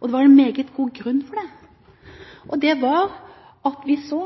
og det var en meget god grunn til det. Grunnen var at vi så